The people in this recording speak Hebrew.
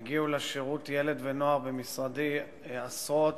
הגיעו לשירות ילד ונוער במשרדי עשרות